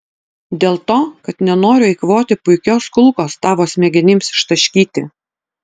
dėl to kad nenoriu eikvoti puikios kulkos tavo smegenims ištaškyti